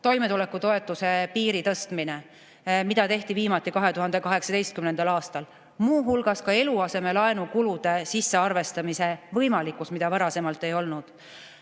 Toimetulekutoetuse piiri tõstmine, mida tehti viimati 2018. aastal. Muu hulgas ka eluasemelaenu kulude sisse arvestamise võimalikkus, mida varasemalt ei olnud.